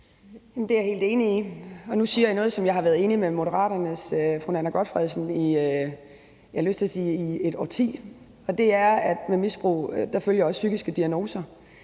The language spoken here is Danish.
Det er jeg helt enig i. Og nu siger jeg noget, som jeg har været enig med Moderaternes fru Nanna W. Gotfredsen i i, er jeg nødt til at sige, et årti, og det er, at med misbrug følger også psykiske diagnoser.